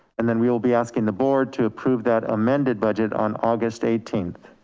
and then we will be asking the board to approve that amended budget on august eighteenth.